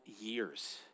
years